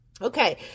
Okay